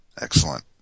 Excellent